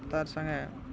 ତାର୍ ସାଙ୍ଗେ